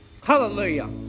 Hallelujah